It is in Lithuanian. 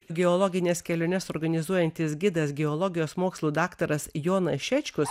geologines keliones organizuojantis gidas geologijos mokslų daktaras jonas šečkus